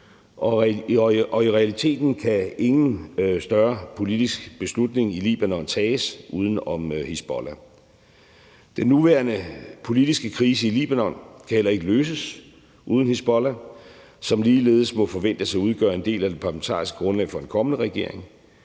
og i realiteten kan ingen større politisk beslutning i Libanon tages uden om Hizbollah. Den nuværende politiske krise i Libanon kan heller ikke løses uden Hizbollah, som ligeledes må forventes at udgøre en del af det parlamentariske grundlag for en kommende regering.